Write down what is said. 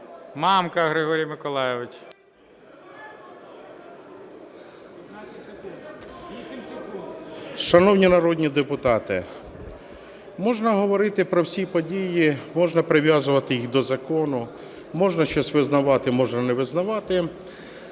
МАМКА Г.М. Шановні народні депутати, можна говорити про всі події, можна прив'язувати їх до закону, можна щось визнавати, можна не визнавати,